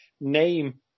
name